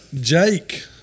Jake